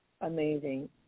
Amazing